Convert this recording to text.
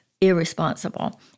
irresponsible